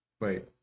Wait